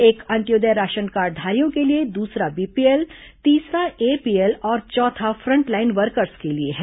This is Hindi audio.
एक अंत्योदय राशन कार्डधारियों के लिए दूसरा बीपीएल तीसरा एपीएल और चौथा फ्रंटलाइन वर्कर्स के लिए है